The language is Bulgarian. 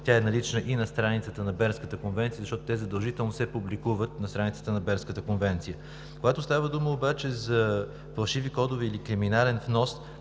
Тя е налична и на страницата на Бернската конвенция, защото те задължително се публикуват на страниците на Бернската конвенция. Когато става дума обаче за фалшиви кодове или криминален внос,